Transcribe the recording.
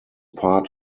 part